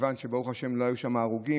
מכיוון שברוך השם לא היו שם הרוגים,